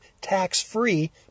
tax-free